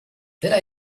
that